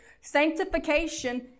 Sanctification